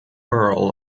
earl